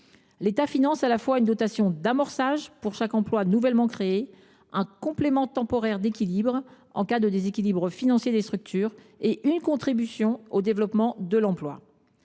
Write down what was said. L’État finance à la fois une dotation d’amorçage pour chaque emploi nouvellement créé, un complément temporaire d’équilibre en cas de déséquilibre financier des structures, et une contribution au développement de l’emploi.